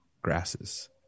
grasses